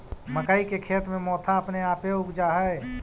मक्कइ के खेत में मोथा अपने आपे उग जा हई